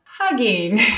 Hugging